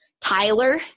Tyler